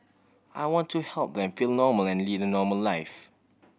I want to help them feel normal and lead a normal life